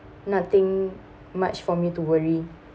nothing much for me to worry